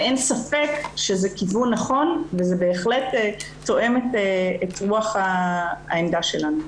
אין ספק שזה כיוון נכון וזה בהחלט תואם את רוח העמדה שלנו.